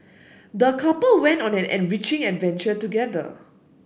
the couple went on an enriching adventure together